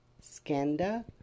Skanda